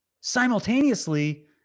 simultaneously